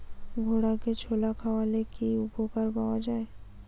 ঘোড়াকে ছোলা খাওয়ালে কি উপকার পাওয়া যায়?